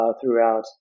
throughout